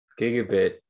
gigabit